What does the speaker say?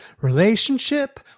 relationship